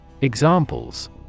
Examples